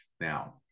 now